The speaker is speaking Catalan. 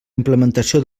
implementació